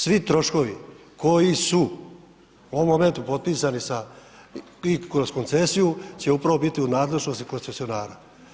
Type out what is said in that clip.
Svi troškovi koji su u ovom momentu potpisani sa i kroz koncesiju će upravo biti u nadležnosti koncesionara.